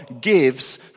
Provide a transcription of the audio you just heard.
gives